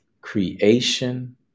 Creation